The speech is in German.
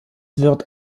wird